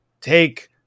take